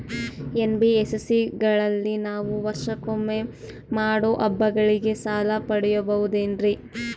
NBSC ಗಳಲ್ಲಿ ನಾವು ವರ್ಷಕೊಮ್ಮೆ ಮಾಡೋ ಹಬ್ಬಗಳಿಗೆ ಸಾಲ ಪಡೆಯಬಹುದೇನ್ರಿ?